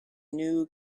new